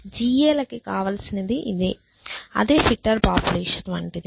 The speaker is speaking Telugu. GA లకి కావలసినది ఇదే అదే ఫిట్టర్ పాపులేషన్ వంటిది